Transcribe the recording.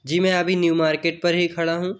जी मैं अभी new market पर ही खड़ा हूँ